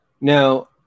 Now